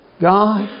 God